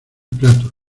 plato